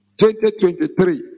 2023